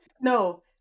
No